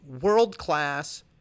world-class